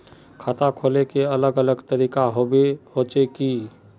खाता खोले के अलग अलग तरीका होबे होचे की?